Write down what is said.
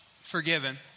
forgiven